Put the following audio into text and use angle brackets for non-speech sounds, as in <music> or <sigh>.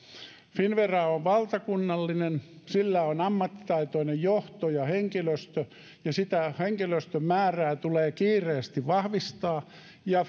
finnvera on valtakunnallinen sillä on ammattitaitoinen johto ja henkilöstö ja sitä henkilöstön määrää tulee kiireesti vahvistaa ja <unintelligible>